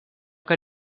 que